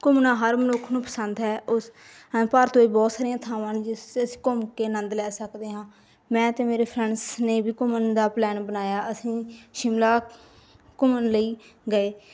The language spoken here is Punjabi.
ਘੁੰਮਣਾ ਹਰ ਮਨੁੱਖ ਨੂੰ ਪਸੰਦ ਹੈ ਉਸ ਹੈ ਭਾਰਤ ਵਿੱਚ ਬਹੁਤ ਸਾਰੀਆਂ ਥਾਵਾਂ ਨੇ ਜਿਸ 'ਤੇ ਅਸੀਂ ਘੁੰਮ ਕੇ ਅਨੰਦ ਲੈ ਸਕਦੇ ਹਾਂ ਮੈਂ ਅਤੇ ਮੇਰੇ ਫਰੈਂਡਸ ਨੇ ਵੀ ਘੁੰਮਣ ਦਾ ਪਲੈਨ ਬਣਾਇਆ ਅਸੀਂ ਸ਼ਿਮਲਾ ਘੁੰਮਣ ਲਈ ਗਏ